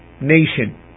nation